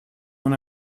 when